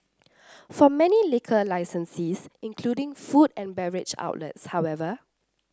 for many liquor licensees including food and beverage outlets however